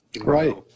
Right